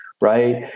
right